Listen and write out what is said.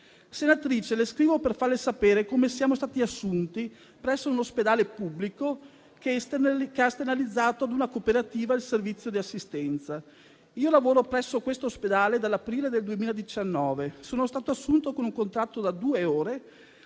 «Senatrice, le scrivo per farle sapere come siamo stati assunti presso un ospedale pubblico che ha esternalizzato a una cooperativa il servizio di assistenza. Io lavoro presso questo ospedale dall'aprile del 2019; sono stato assunto con un contratto da due ore